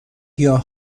گیاه